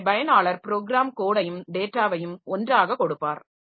எனவே பயனாளர் ப்ரோகிராம் கோடையும் டேட்டாவையும் ஒன்றாகக் கொடுப்பார்